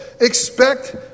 Expect